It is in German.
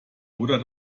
oder